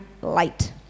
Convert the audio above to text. light